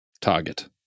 target